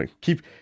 Keep